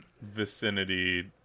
vicinity